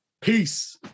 Peace